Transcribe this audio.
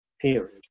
period